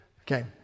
Okay